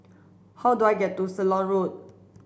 how do I get to Ceylon Road